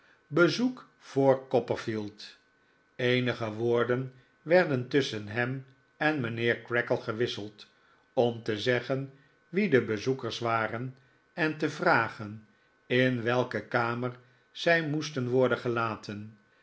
bezoek voor copperfield eenige woorden werden tusschen hem en mijnheer creakle gewisseld om te zeggen wie de bezoekers waren en te vragen in welke kamer zij moesten worden gelaten